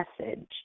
message